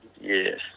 Yes